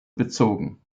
bezogen